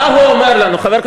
מה אתה אומר בזה?